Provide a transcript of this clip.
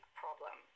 problem